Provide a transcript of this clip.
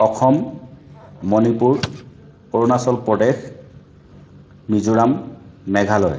Assam Manipur Arunachal Pradesh Mizoram Meghalaya